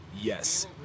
yes